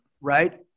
Right